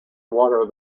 water